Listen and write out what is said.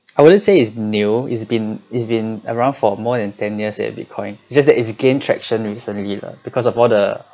I wouldn't say it's new it's been it's been around for more than ten years that bitcoin just that its gain traction recently lah because of all the